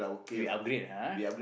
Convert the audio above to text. we upgrade ah ah